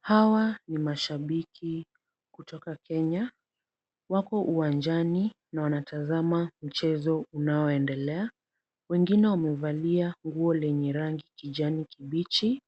Hawa ni mashabiki kutoka Kenya. Wako uwanjani na wanatazama mchezo unaoendelea. Wengine wamevalia nguo lenye rangi kijani kibichi,